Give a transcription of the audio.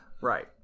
right